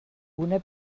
una